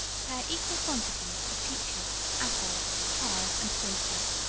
pare equal quantities of peaches, apples, pears and quinces,